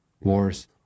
wars